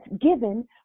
given